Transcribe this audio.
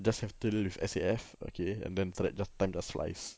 just have to deal with S_A_F okay and then the rest of the time just flies